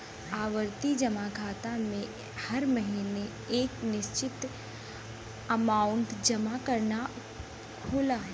आवर्ती जमा खाता में हर महीने एक निश्चित अमांउट जमा करना होला